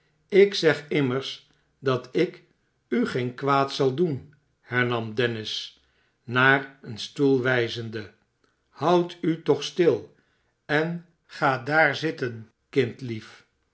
ik zeg immers dat ik u geen kwaad zal doen hernam dennis naar een stoel wijzende houd u toch stil en ga daar zitten